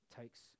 takes